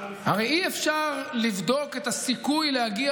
הרי אי-אפשר לבדוק את הסיכוי להגיע